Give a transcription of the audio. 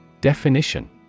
Definition